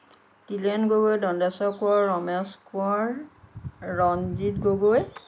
Tilen Gogoi Dandeswar Konwar Ramesh Konwar Ranjit Gogoi